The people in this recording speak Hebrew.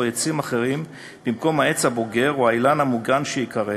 עצים אחרים במקום העץ הבוגר או האילן המוגן שייכרת,